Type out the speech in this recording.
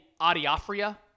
Adiaphria